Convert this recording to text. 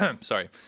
sorry